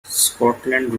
scotland